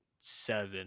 seven